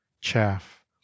chaff